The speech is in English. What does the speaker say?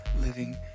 living